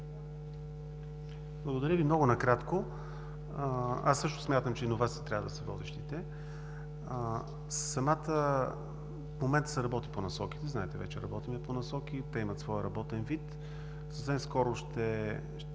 Благодаря Ви. Много накратко. Аз също смятам, че иновациите трябва да са водещите. В момента се работи по насоките, знаете, вече работим по насоки, те имат своя работен вид. Съвсем скоро ще